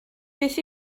beth